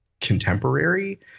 contemporary